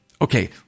Okay